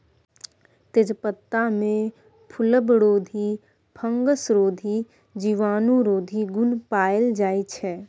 तेजपत्तामे फुलबरोधी, फंगसरोधी, जीवाणुरोधी गुण पाएल जाइ छै